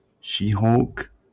She-Hulk